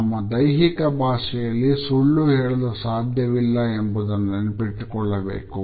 ನಮ್ಮ ದೈಹಿಕ ಭಾಷೆಯಲ್ಲಿ ಸುಳ್ಳು ಹೇಳಲು ಸಾಧ್ಯವಿಲ್ಲ ಎಂಬುದನ್ನು ನೆನಪಿಟ್ಟುಕೊಳ್ಳಬೇಕು